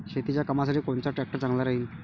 शेतीच्या कामासाठी कोनचा ट्रॅक्टर चांगला राहीन?